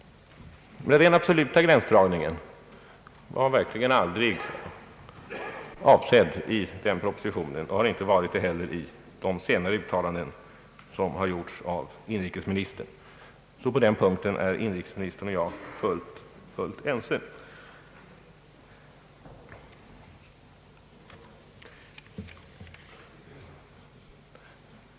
Denna absoluta gränsdragning var verkligen aldrig avsedd i propositionen och inte heller i de senare uttalanden som har gjorts av inrikesministern. På den punkten är alltså inrikesministern och jag fullt ense.